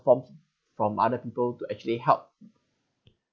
from from other people to actually help